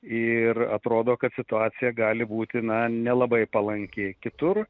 ir atrodo kad situacija gali būti na nelabai palanki kitur